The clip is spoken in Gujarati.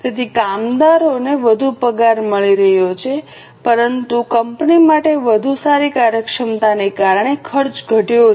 તેથી કામદારોને વધુ પગાર મળી રહ્યો છે પરંતુ કંપની માટે વધુ સારી કાર્યક્ષમતાને કારણે ખર્ચ ઘટ્યો છે